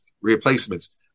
replacements